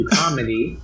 comedy